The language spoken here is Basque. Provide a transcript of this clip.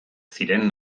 ziren